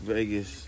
Vegas